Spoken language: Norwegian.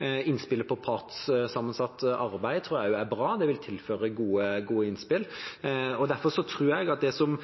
Innspillet om partssammensatt arbeid tror jeg også er bra, det vil tilføre gode innspill. Derfor tror jeg at det som